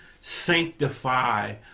sanctify